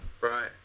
Right